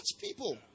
people